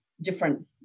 different